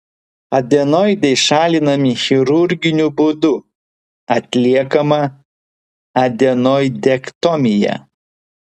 adenoidai šalinami chirurginiu būdu atliekama adenoidektomija